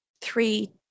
three